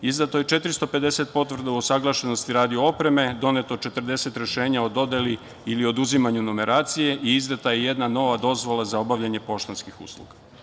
Izdato je 450 potvrda o usaglašenosti radio opreme, doneto 40 rešenja o dodeli ili oduzimanju numeracije i izdata je jedna nova dozvola za obavljanje poštanskih usluga.